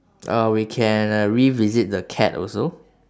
or we can uh revisit the cat also